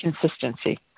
consistency